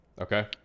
Okay